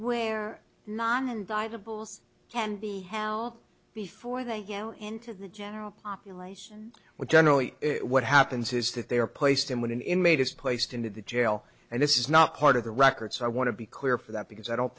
where non and by the bulls can be held before they go into the general population which generally what happens is that they are placed in with an inmate is placed into the jail and this is not part of the record so i want to be clear for that because i don't